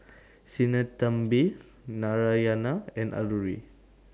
Sinnathamby Narayana and Alluri